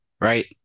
right